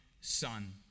son